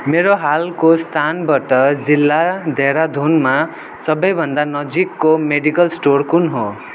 मेरो हालको स्थानबाट जिल्ला देहरादुनमा सबैभन्दा नजिकको मेडिकल स्टोर कुन हो